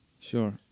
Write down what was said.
sure